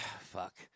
fuck